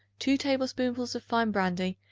two tablespoonfuls of fine brandy,